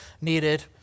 needed